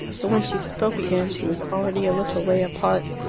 for when she spoke again she was already a little way apart.